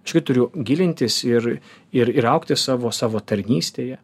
švyturių gilintis ir ir ir augti savo savo tarnystėje